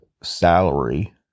salary